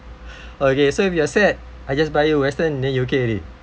okay so if you are sad I just buy you western then you okay already